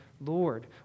Lord